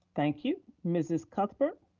thank you. mrs. cuthbert.